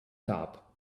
top